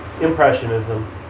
impressionism